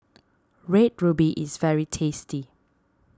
Red Ruby is very tasty